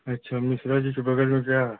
अच्छा मिश्रा जी के बग़ल में क्या